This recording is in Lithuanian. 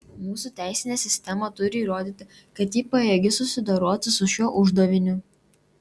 mūsų teisinė sistema turi įrodyti kad ji pajėgi susidoroti su šiuo uždaviniu